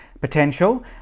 potential